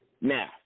Now